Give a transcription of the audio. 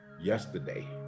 yesterday